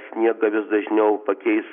sniegą vis dažniau pakeis